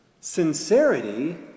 sincerity